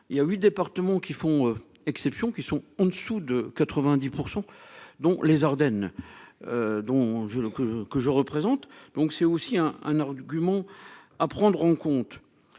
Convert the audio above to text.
il y a eu départements qui font exception qui sont en dessous de 90% dont les Ardennes. Dont je le, que, que je représente. Donc c'est aussi un, un argument à prendre en compte.